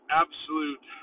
absolute